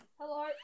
Hello